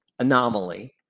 Anomaly